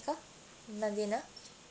medina